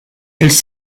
elles